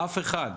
אף אחד.